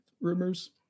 rumors